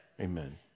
Amen